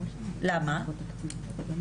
למה?